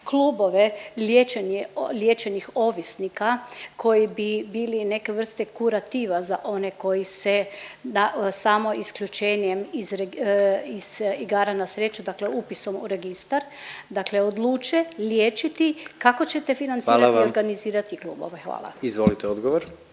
klubove liječenih ovisnika koji bi bili neke vrste kurativa za one koji se samo isključenjem iz igara na sreću, dakle upisom u registar dakle odluče liječiti kako ćete …/Upadica predsjednik: Hvala vam./… financirati